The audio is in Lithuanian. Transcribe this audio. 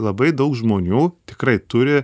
labai daug žmonių tikrai turi